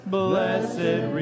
blessed